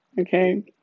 okay